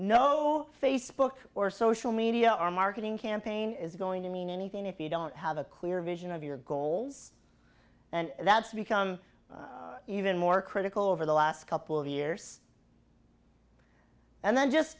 no facebook or social media are marketing campaign is going to mean anything if you don't have a clear vision of your goals and that's become even more critical over the last couple of years and then just